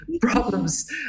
problems